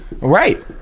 Right